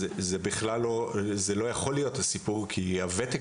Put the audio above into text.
אז זה בכלל לא יכול להיות הסיפור כי הוותק